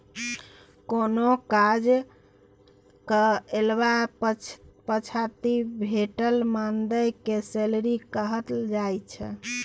कोनो काज कएला पछाति भेटल मानदेय केँ सैलरी कहल जाइ छै